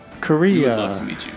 Korea